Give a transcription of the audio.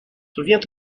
souviens